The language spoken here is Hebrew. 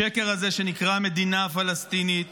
השקר הזה שנקרא מדינה פלסטינית